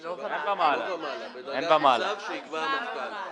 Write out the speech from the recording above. אנחנו מדברים רק על מיגון ואבטחה ולא לגבי שאר הבדיקות שהמשטרה עושה,